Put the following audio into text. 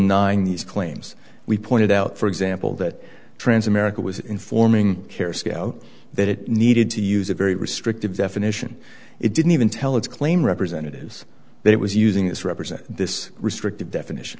denying these claims we pointed out for example that trans america was informing care scale that it needed to use a very restrictive definition it didn't even tell its claim representatives that it was using this represent this restrictive definition